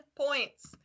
points